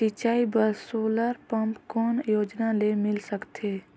सिंचाई बर solar pump कौन योजना ले मिल सकथे?